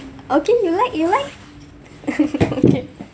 okay you like you like okay